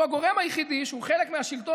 הוא הגורם היחיד שהוא חלק מהשלטון,